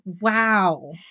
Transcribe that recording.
Wow